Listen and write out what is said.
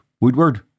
Woodward